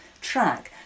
track